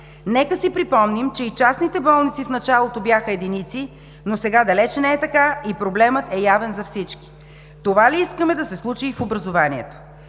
Нека си припомним, че и частните болници в началото бяха единици, но сега далеч не е така и проблемът е явен за всички. Това ли искаме да се случи и в образованието?